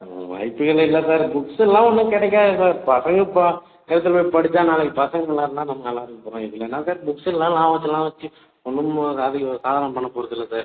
வாய்ப்புகள் இல்லை சார் புக்ஸெலாம் ஒன்றும் கிடைக்காது பசங்க ப எடுத்துகிட்டு போய் படித்தா நாளைக்கு பசங்கள் நல்லாயிருந்தா நம்ம நல்லாயிருக்கப் போகிறோம் இதில் என்னா சார் புக்ஸ்லெலாம் லாபத்தெலாம் வைச்சு ஒன்றும் மோ சாதிக்க சாதனை பண்ணப் போவதில்ல சார்